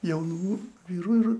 jaunų vyrų ir